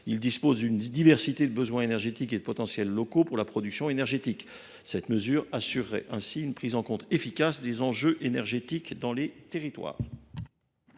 en effet d’une diversité de besoins énergétiques et de potentiels locaux pour la production énergétique. Cette mesure assurerait une prise en compte efficace des enjeux énergétique par les territoires.